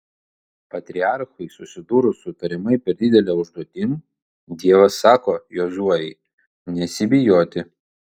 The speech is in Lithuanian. patriarchui susidūrus su tariamai per didele užduotim dievas sako jozuei nesibijoti